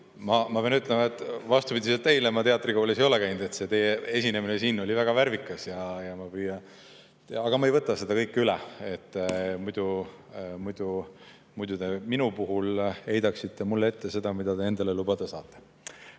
ma pean ütlema, et vastupidi teile ma teatrikoolis ei ole käinud. Teie esinemine siin oli väga värvikas. Ja ma püüan … Aga ma ei võta seda kõike üle, muidu te heidaksite mulle ette seda, mida te endale lubada saate.